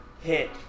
hit